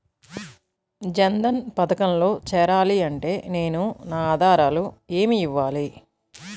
జన్ధన్ పథకంలో చేరాలి అంటే నేను నా ఆధారాలు ఏమి ఇవ్వాలి?